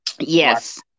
Yes